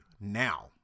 now